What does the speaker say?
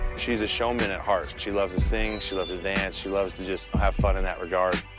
she's a showman at heart. she loves to sing. she loves to dance. she loves to just have fun in that regard.